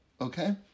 okay